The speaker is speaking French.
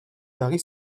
varie